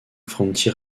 frontier